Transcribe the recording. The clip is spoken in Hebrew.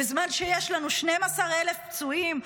בזמן שיש לנו 12,000 פצועים,